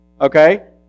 Okay